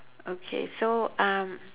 okay so um